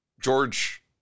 George